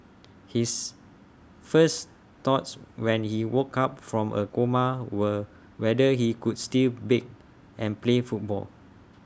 his first thoughts when he woke up from A coma were whether he could still bake and play football